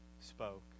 spoke